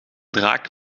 draak